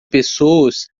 pessoas